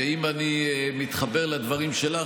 ואם אני מתחבר לדברים שלך,